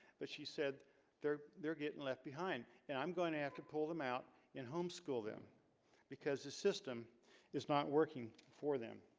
but she said they're they're getting left behind and i'm going to have to pull them out in home school, then because the system is not working for them